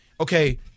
okay